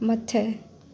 मथे